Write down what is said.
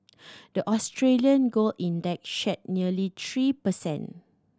the Australian gold index shed nearly three per cent